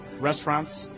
restaurants